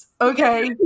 Okay